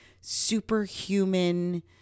superhuman